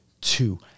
two